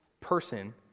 person